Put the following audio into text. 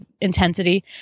intensity